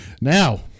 Now